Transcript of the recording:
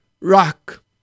rock